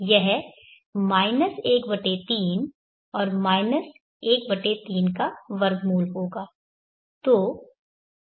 यह 13 और 1√3 होगा